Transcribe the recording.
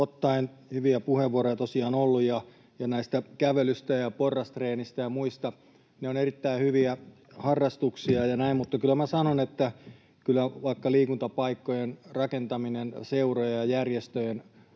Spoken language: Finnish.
ottaen — hyviä puheenvuoroja tosiaan on ollut. Näistä kävelyistä, porrastreeneistä ja muista: Ne ovat erittäin hyviä harrastuksia ja näin, mutta kyllä minä sanon, että kyllä vaikka liikuntapaikkojen rakentaminen, seurojen ja järjestöjen